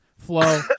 flow